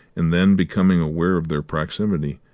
and then, becoming aware of their proximity,